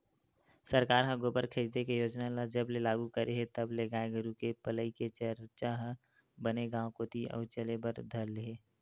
सरकार ह गोबर खरीदे के योजना ल जब ले लागू करे हे तब ले गाय गरु के पलई के चरचा ह बने गांव कोती अउ चले बर धर ले हे